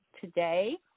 today